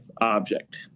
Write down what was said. object